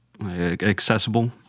accessible